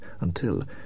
until